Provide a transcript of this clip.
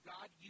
God